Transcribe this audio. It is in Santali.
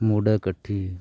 ᱢᱩᱰᱟᱹ ᱠᱟᱹᱴᱷᱤ